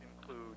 include